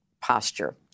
posture